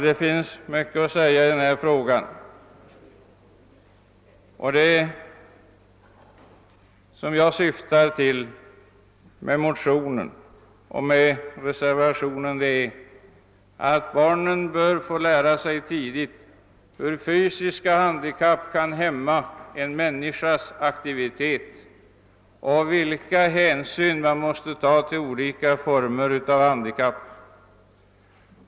Det kunde vara mycket att tillägga i denna fråga, men vad jag syftat till 1 motionen och i reservationen är att barnen på ett tidigt stadium får lära sig hur fysiska handikapp kan hämma en människas aktivitet och vilka hänsyn man måste ta till olika former av handikapp.